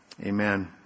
Amen